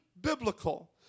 biblical